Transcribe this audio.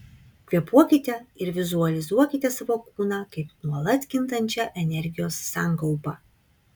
kvėpuokite ir vizualizuokite savo kūną kaip nuolat kintančią energijos sankaupą